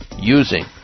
using